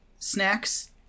snacks